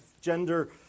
gender